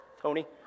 Tony